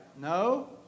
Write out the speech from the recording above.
No